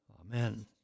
Amen